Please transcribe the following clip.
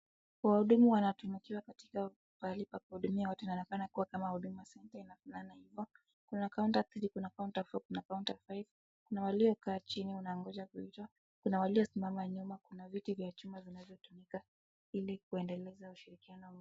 Wahudumu wanatumikiwa katika pahali pa kutumikia watu na inakuwa kama huduma centre inafanana hivo, kuna counter 3 kuna counter 4 kuna counter 5 , na waliokaa chini wanangoja kuitwa, na walio simama nyuma kuna viti vya chuma vinavyotumika ili kuendeleza ushirikiano.